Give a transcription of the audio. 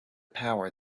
power